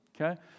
okay